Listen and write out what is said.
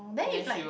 then if like